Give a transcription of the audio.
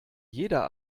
jeder